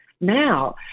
now